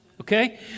Okay